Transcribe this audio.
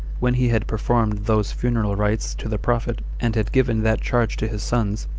when he had performed those funeral rites to the prophet, and had given that charge to his sons,